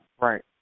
Right